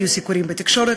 היו סיקורים בתקשורת,